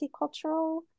multicultural